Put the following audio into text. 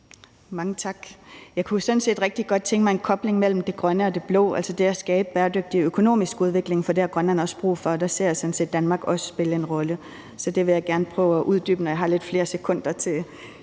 Mange tak. Jeg kunne sådan set rigtig godt tænke mig en kobling mellem det grønne og det blå, altså det at skabe bæredygtig økonomisk udvikling, for det har Grønland også brug for, og der ser jeg sådan set også Danmark spille en rolle. Så det vil jeg gerne prøve at uddybe, når jeg har lidt flere sekunder til